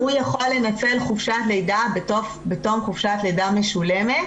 הוא יכול לנצל חופשת לידה בתום חופשת לידה משולמת,